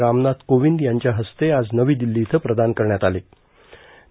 रामनाथ कोविंद यांच्या हस्ते आज नवी दिल्ली इथं प्रदान करण्यात आलेत